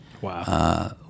Wow